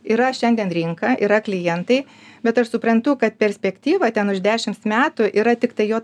yra šiandien rinka yra klientai bet aš suprantu kad perspektyva ten už dešimts metų yra tiktai jo